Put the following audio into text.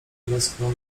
westchnął